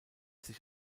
sich